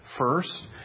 first